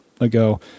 ago